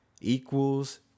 equals